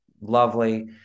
lovely